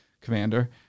commander